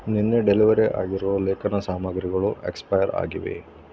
ನೆನ್ನೆ ಡೆಲಿವರ್ ಆಗಿರೋ ಲೇಖನ ಸಾಮಗ್ರಿಗಳು ಎಕ್ಸ್ಪೈರ್ ಆಗಿವೆ